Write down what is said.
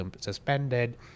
suspended